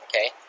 okay